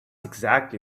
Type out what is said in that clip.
exactly